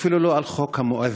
ואפילו לא על חוק המואזין.